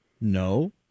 No